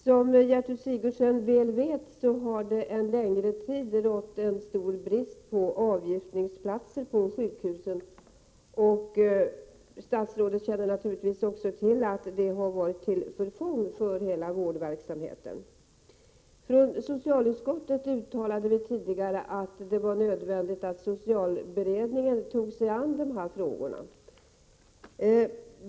Som Gertrud Sigurdsen väl vet har det en längre tid rått stor brist på avgiftningsplatser vid sjukhusen, och statsrådet känner naturligtvis också till att det har varit till förfång för hela vårdverksamheten. Från socialutskottet uttalade vi tidigare att det var nödvändigt att socialberedningen tog sig an dessa frågor.